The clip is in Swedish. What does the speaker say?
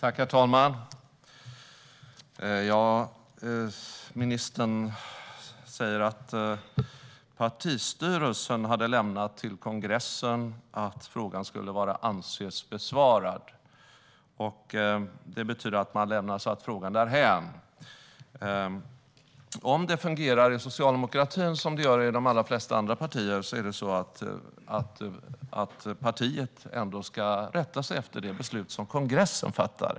Herr talman! Ministern säger att partistyrelsen hade lämnat besked till kongressen om att frågan skulle anses vara besvarad. Det betyder att man lämnar frågan därhän. Om det fungerar i socialdemokratin som det gör i de allra flesta andra partier ska partiet ändå rätta sig efter det beslut som kongressen fattar.